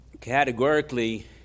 categorically